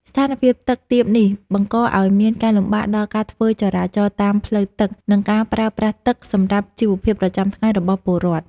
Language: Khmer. ស្ថានភាពទឹកទាបនេះបង្កឱ្យមានការលំបាកដល់ការធ្វើចរាចរណ៍តាមផ្លូវទឹក និង ការប្រើប្រាស់ទឹកសម្រាប់ជីវភាពប្រចាំថ្ងៃរបស់ពលរដ្ឋ។